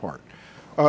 part